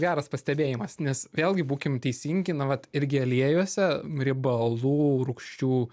geras pastebėjimas nes vėlgi būkim teisingi na vat irgi aliejuose riebalų rūgščių